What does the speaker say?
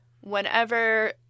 whenever